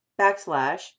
backslash